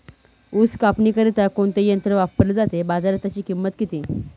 ऊस कापणीकरिता कोणते यंत्र वापरले जाते? बाजारात त्याची किंमत किती?